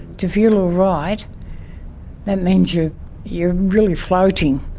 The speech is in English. to feel all right that means you're you're really floating,